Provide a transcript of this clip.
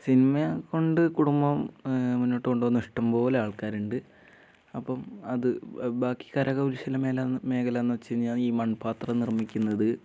സിനിമയെക്കൊണ്ട് കുടുംബം മുന്നോട്ട് കൊണ്ടുപോവുന്ന ഇഷ്ടംപോലെ ആൾക്കാരുണ്ട് അപ്പം അത് ബാക്കി കരകൗശല മേഖല എന്ന് വെച്ച് കഴിഞ്ഞാൽ ഈ മൺപാത്രം നിർമ്മിക്കുന്നത്